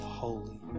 holy